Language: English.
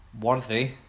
worthy